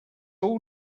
all